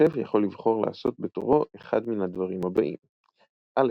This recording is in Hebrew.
- המכשף יכול לבחור לעשות בתורו אחד מן הדברים הבאים א.